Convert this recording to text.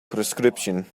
prescription